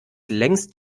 längst